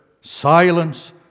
Silence